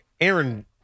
Aaron